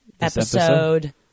episode